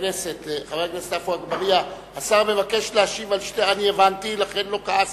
חבר הכנסת עפו אגבאריה, אני הבנתי, לכן לא כעסתי,